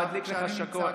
כשאני נמצא כאן.